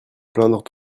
plaindre